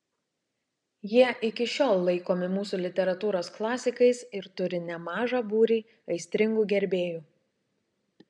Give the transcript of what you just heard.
jie iki šiol laikomi mūsų literatūros klasikais ir turi nemažą būrį aistringų gerbėjų